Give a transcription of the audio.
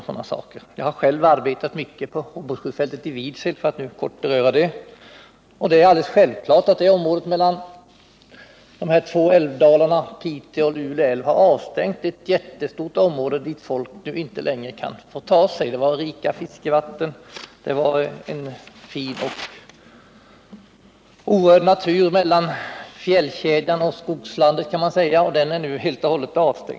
Jag har själv arbetat mycket på skjutfältet i Vidsel, och det är självklart att detta område mellan de två älvdalarna vid Pite och Lule älv har avstängt ett jättestort område dit folk nu inte längre kan ta sig. Där fanns rika fiskevatten och en fin och orörd natur mellan fjällkedjan och skogslandet. Den är nu helt och hållet avstängd.